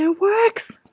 ah works.